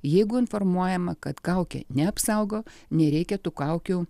jeigu informuojama kad kaukė neapsaugo nereikia tų kaukių